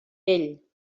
ell